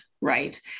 right